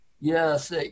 Yes